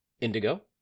Indigo